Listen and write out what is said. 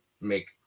make